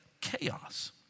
chaos